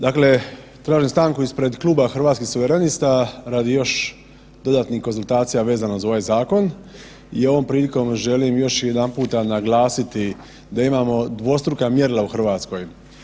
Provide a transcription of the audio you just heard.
Dakle, tražim stanku ispred Kluba Hrvatskih suverenista radi još dodatnih konzultacija vezano za ovaj zakon i ovom prilikom još jedanputa naglasiti da imamo dvostruka mjerila u RH.